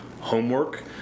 homework